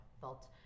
felt